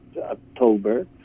october